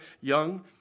young